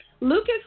Lucas